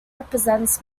represents